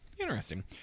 Interesting